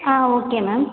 ah okay ma'am